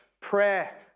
prayer